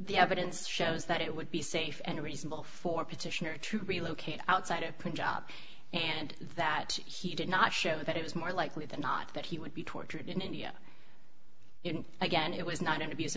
the evidence shows that it would be safe and reasonable for petitioner to relocate outside a print job and that he did not show that it was more likely than not that he would be tortured in india again it was not an abus